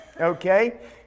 okay